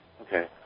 Okay